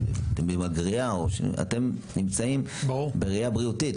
שאתם נמצאים בראייה בריאותית,